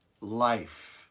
life